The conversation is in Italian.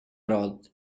roth